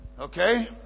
Okay